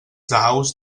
daus